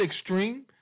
extreme